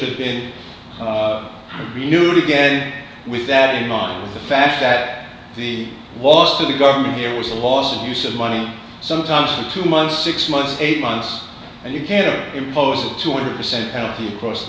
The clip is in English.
have been renewed again with that ignores the fact that the loss of the government here was a loss of use of money sometimes for two months six months eight months and you can't impose a two hundred percent penalty across the